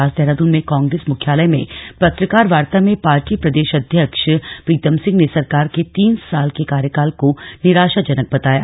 आज देहरादून में कांग्रेस मुख्यालय में पत्रकार वार्ता में पार्टी प्रदेश अध्यक्ष प्रीतम सिंह ने सरकार के तीन साल के कार्यकाल को निराशाजनक बताया